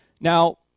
Now